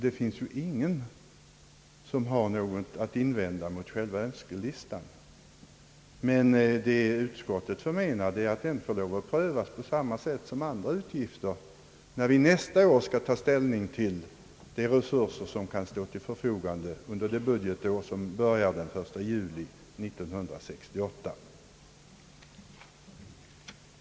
Det finns ju ingen som har något att invända mot själva Önskelistan, men vad utskottet förmenar är att de yrkandena får lov att prövas på samma sätt som andra önskemål och utgifter när vi nästa år skall ta ställning till de resurser som kan stå till förfogande under det budgetår som börjar den 1 juli 1968.